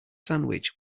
sandwich